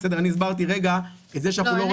אני הסברתי רגע את זה שאנחנו לא רוצים --- לא,